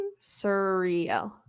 surreal